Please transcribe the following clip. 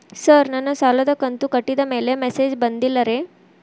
sir ನನ್ನ ಸಾಲದ ಕಂತು ಕಟ್ಟಿದಮೇಲೆ ಮೆಸೇಜ್ ಬಂದಿಲ್ಲ ರೇ